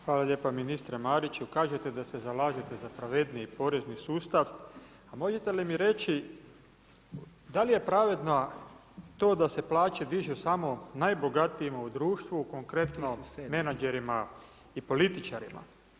Hvala lijepo ministre Mariću, kažete da se zalažete za pravedniji porezni sustav, možete li mi reći, da li je pravedno to da se plaće dižu samo najbogatijima u društvu, konkretno menadžerima i političarima?